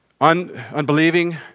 Unbelieving